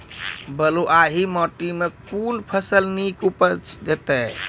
बलूआही माटि मे कून फसल नीक उपज देतै?